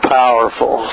powerful